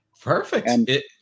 perfect